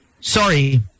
Sorry